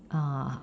uh